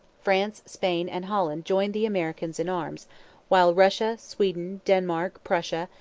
france, spain, and holland joined the americans in arms while russia, sweden, denmark, prussia,